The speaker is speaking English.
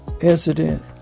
incident